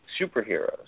superheroes